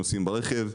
נוסעים ברכב.